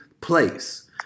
place